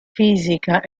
fisica